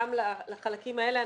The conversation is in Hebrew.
גם לחלקים האלה,